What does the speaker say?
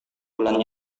bulan